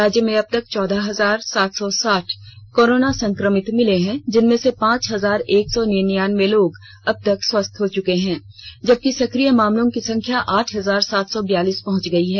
राज्य में अबतक चौदह हजार सात सौ साठ कोरोना संक्रमित मिले हैं जिनमें से पांच हजार एक सौ निनयान्वे लोग अबतक स्वस्थ हो चुके हैं जबकि सक्रिय मामलों की संख्या आठ हजार सात सौ बियालीस पहुंच गयी है